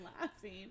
laughing